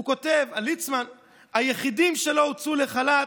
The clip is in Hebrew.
הוא כותב על ליצמן: "היחידים שלא הוצאו לחל"ת,